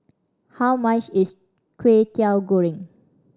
how much is Kway Teow Goreng